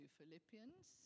Philippians